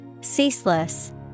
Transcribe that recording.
Ceaseless